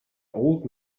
old